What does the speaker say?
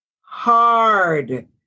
hard